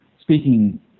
speaking